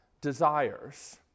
desires